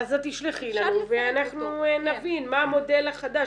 אז את תשלחי לנו ואנחנו נבין מה המודל החדש.